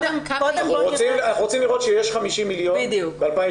אנחנו רוצים לראות שיש 50 מיליון ב-2017,